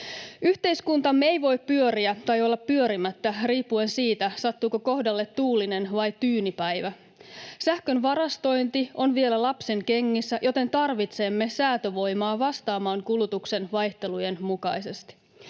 Yhteiskuntamme ei voi pyöriä tai olla pyörimättä riippuen siitä, sattuuko kohdalle tuulinen vai tyyni päivä. Sähkön varastointi on vielä lapsenkengissä, joten tarvitsemme säätövoimaa vastaamaan kulutuksen vaihteluihin.